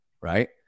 Right